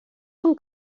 són